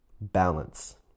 balance